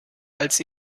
als